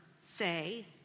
say